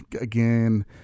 Again